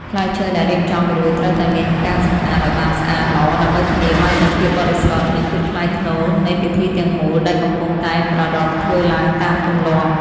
ផ្លែឈើដែលរៀបចំរួចត្រូវតែមានការសម្អាតឱ្យបានស្អាតល្អដើម្បីធានាបាននូវភាពបរិសុទ្ធ និង ភាពថ្លៃថ្នូរនៃពិធីទាំងមូលដែលកំពុងតែប្រារព្ធធ្វើឡើងតាមទម្លាប់។